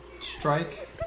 strike